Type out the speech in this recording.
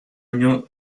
año